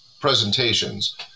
presentations